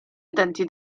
utenti